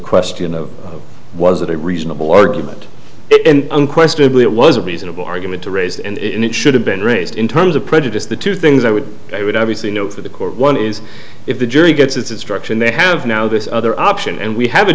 question of was it a reasonable argument unquestionably it was a reasonable argument to raise and it should have been raised in terms of prejudice the two things i would say would obviously no for the court one is if the jury gets its direction they have now this other option and we have a